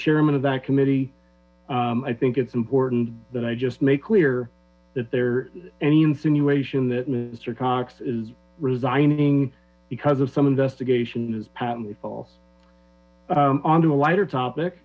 chairman of that committee i think it's important that i just make clear that there any insinuation that mister cox is resigning because of some investigation is patently false onto a lighter topic